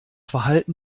verhalten